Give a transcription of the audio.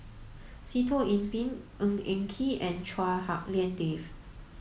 Sitoh Yih Pin Ng Eng Kee and Chua Hak Lien Dave